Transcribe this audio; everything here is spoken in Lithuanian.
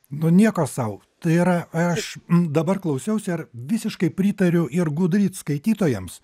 nu nieko sau tai yra aš dabar klausiausi ir visiškai pritariu ir gudryc skaitytojams